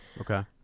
Okay